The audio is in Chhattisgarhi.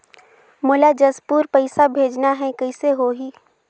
मोला जशपुर पइसा भेजना हैं, कइसे होही?